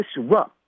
disrupt